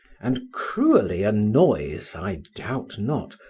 and cruelly annoys, i doubt not,